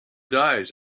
dies